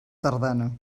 tardana